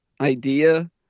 idea